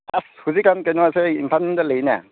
ꯑꯁ ꯍꯧꯖꯤꯛꯀꯥꯟ ꯀꯩꯅꯣꯁꯦ ꯏꯝꯐꯥꯜꯗ ꯂꯩꯅꯦ